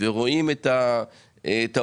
ורואים את העובדים,